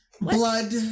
blood